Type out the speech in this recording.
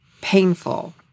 painful